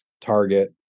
Target